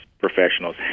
professionals